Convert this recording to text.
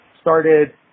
started